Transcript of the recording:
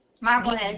Marblehead